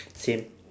same